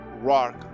rock